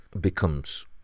becomes